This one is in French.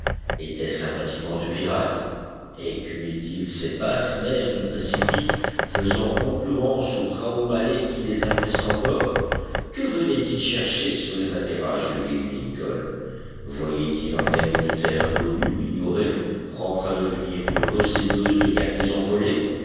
était-ce un bâtiment de pirates écumait il ces basses mers du pacifique faisant concurrence aux praos malais qui les infestent encore que venait-il chercher sur les atterrages de l'île lincoln voyait-il en elle une terre inconnue ignorée propre à devenir une receleuse de cargaisons volées